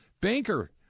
banker